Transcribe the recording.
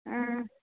ம்